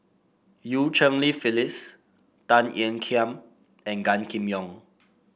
Eu Cheng Li Phyllis Tan Ean Kiam and Gan Kim Yong